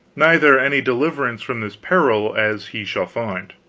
neither any deliverance from his peril, as he shall find.